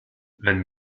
wenn